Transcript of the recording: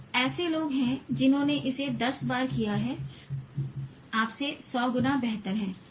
ऐसे लोग हैं जिन्होंने इसे 10 बार किया है आपसे 100 गुना बेहतर है